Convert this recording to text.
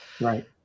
right